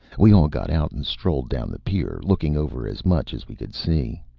we all got out and strolled down the pier, looking over as much as we could see.